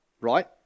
right